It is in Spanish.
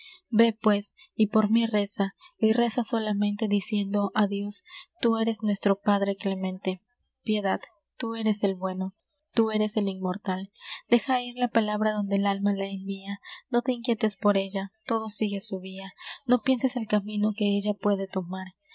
pues y por mí reza y reza solamente diciendo á dios tú eres nuestro padre clemente piedad tú eres el bueno tú eres el inmortal deja ir la palabra donde el alma la envía no te inquietes por ella todo sigue su vía no pienses el camino que ella puede tomar